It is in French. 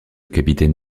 capitaine